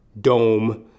dome